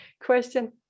question